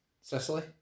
Sicily